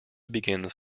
begins